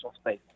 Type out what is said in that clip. space